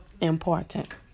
important